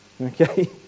Okay